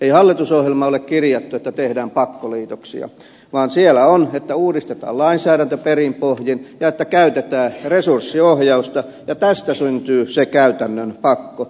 ei hallitusohjelmaan ole kirjattu että tehdään pakkoliitoksia vaan siellä on että uudistetaan lainsäädäntö perin pohjin ja että käytetään resurssiohjausta ja tästä syntyy se käytännön pakko